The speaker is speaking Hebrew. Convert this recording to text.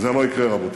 וזה לא יקרה, רבותי.